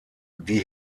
die